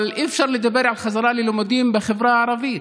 אבל אי-אפשר לדבר על חזרה ללימודים בחברה הערבית.